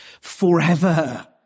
forever